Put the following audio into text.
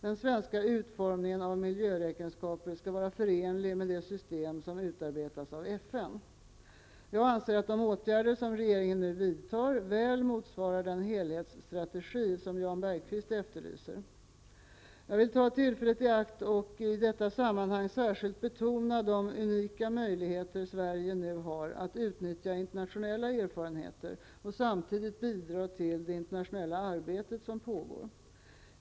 Den svenska utformningen av miljöräkenskaper skall vara förenlig med det system som utabetas av Jag anser att de åtgärder som regeringen nu vidtar väl motsvarar den helhetsstrategi som Jan Jag vill ta tillfället i akt att i detta sammanhang särskilt betona de unika möjligheter Sverige nu har att utnyttja internationella erfarenheter och samtidigt bidra till det internationella arbete som pågår.